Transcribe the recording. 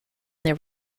there